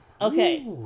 Okay